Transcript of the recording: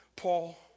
Paul